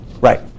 Right